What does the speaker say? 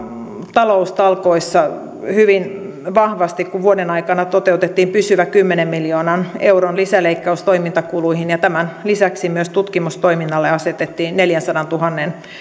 taloustalkoissa hyvin vahvasti kun vuoden aikana toteutettiin pysyvä kymmenen miljoonan euron lisäleikkaus toimintakuluihin ja tämän lisäksi myös tutkimustoiminnalle asetettiin neljänsadantuhannen euron